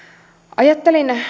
ajattelin